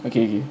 okay okay